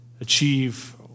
achieve